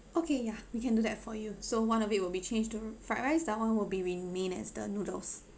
okay yeah we can do that for you so one of it will be changed to fried rice that one will be remain as the noodles